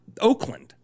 Oakland